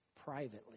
privately